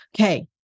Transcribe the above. Okay